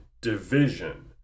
division